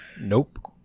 nope